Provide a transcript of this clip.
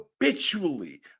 habitually